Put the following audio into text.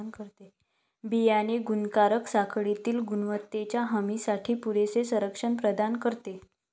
बियाणे गुणाकार साखळीतील गुणवत्तेच्या हमीसाठी पुरेसे संरक्षण प्रदान करते